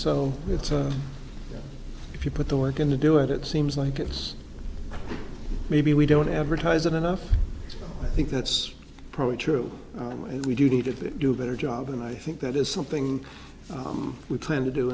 so it's if you put the work in to do it it seems like it's maybe we don't advertise it enough i think that's probably true and we do need to do a better job and i think that is something we plan to do